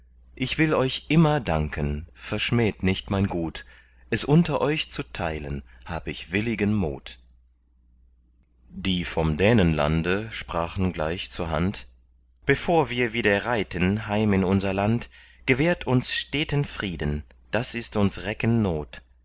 ich will euch immer danken verschmäht nicht mein gut es unter euch zu teilen hab ich willigen mut die vom dänenlande sprachen gleich zur hand bevor wir wieder reiten heim in unser land gewährt uns steten frieden das ist uns recken not